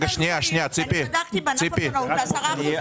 אני בדקתי בענף המלונאות.